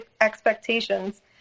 expectations